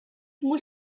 mhux